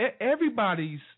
everybody's